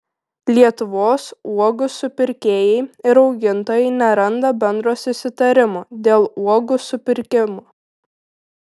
lietuvos uogų supirkėjai ir augintojai neranda bendro susitarimo dėl uogų supirkimo